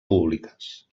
públiques